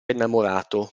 innamorato